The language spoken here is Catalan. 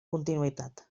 continuïtat